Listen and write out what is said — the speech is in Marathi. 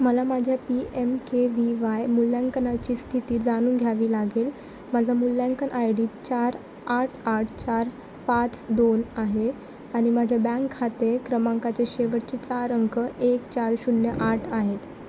मला माझ्या P M K V Y मूल्यांकनाची स्थिती जाणून घ्यावी लागेल माझा मूल्यांकन आय डी चार आठ आठ चार पाच दोन आहे आणि माझ्या बँक खाते क्रमांकाचे शेवटचे चार अंक एक चार शून्य आठ आहेत